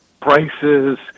Prices